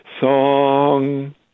song